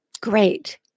great